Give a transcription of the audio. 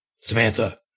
Samantha